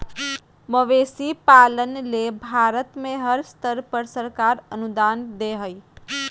मवेशी पालन ले भारत में हर स्तर पर सरकार अनुदान दे हई